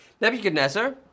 Nebuchadnezzar